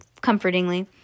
comfortingly